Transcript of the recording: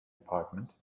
apartment